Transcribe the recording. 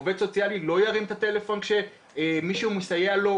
עובד סוציאלי לא ירים את הטלפון כשמישהו מתקשר אליו?